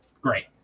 great